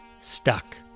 stuck